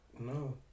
No